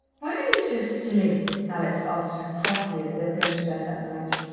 why are you so silly? alex asked her crossly, as they were going to bed that night.